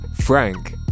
Frank